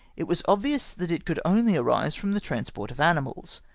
it was obvious that it could only arise from the transport of animals.